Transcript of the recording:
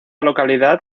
localidad